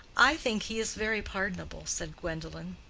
i think he is very pardonable, said gwendolen.